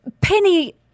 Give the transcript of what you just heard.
Penny